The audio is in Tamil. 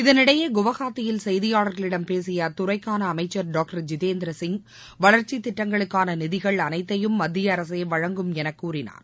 இதனிடையே குவஹாத்தியில் செய்தியாளர்களிடம் பேசிய அத்துறைக்கான அமைச்சர் டாக்டர் ஜித்தேந்திர சிங் வளர்ச்சித் திட்டங்களுக்கான நிதிகள் அனைத்தையும் மத்திய அரசே வழங்கும் என கூறினார்